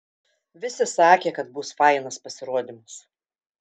visi sakė kad bus fainas pasirodymas